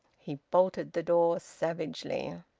he bolted the door savagely.